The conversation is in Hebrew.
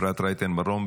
אפרת רייטן מרום,